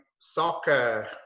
soccer